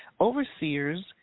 overseers